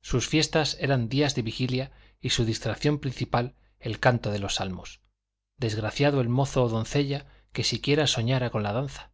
sus fiestas eran días de vigilia y su distracción principal el canto de los salmos desgraciado del mozo o doncella que siquiera soñara con la danza